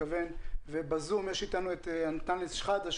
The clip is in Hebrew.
ובזום יש איתנו את אנטאנס שחאדה,